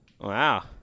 Wow